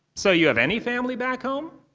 so you have any family back home?